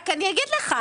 רק אני אגיד לך,